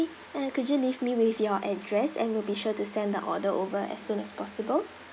uh could you leave me with your address and we'll be sure to send the order over as soon as possible